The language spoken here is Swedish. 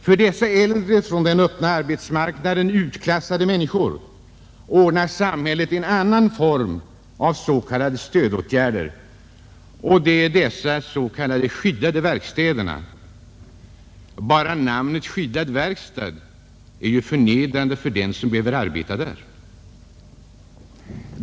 För dessa äldre, från den öppna arbetsmarknaden utklassade människor ordnar samhället en annan form av s.k. stödåtgärder. De ”skyddade verkstäderna”. Bara namnet skyddad verkstad är förnedrande för den som behöver arbeta där.